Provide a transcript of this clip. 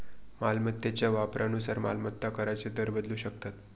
मालमत्तेच्या वापरानुसार मालमत्ता कराचे दर बदलू शकतात